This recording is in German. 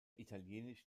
italienisch